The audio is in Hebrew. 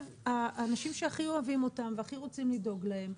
האנשים שהכי אוהבים אותם והכי רוצים לדאוג להם.